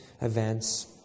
events